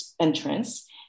entrance